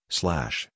slash